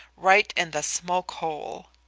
right in the smoke hole.